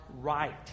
right